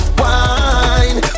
wine